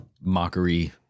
mockery